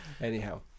Anyhow